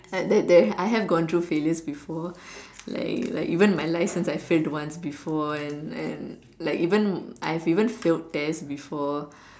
it they they I have gone through failures before like like even my life since I failed once before and and like even I've even failed test before